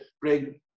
bring